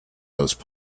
those